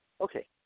Okay